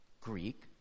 Greek